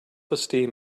esteem